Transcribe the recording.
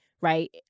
right